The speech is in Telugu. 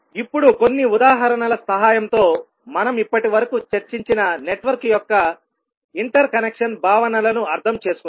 ఇప్పుడు కొన్ని ఉదాహరణల సహాయంతో మనం ఇప్పటివరకు చర్చించిన నెట్వర్క్ యొక్క ఇంటర్కనెక్షన్ భావనలను అర్థం చేసుకుందాం